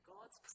God's